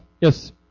Yes